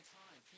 time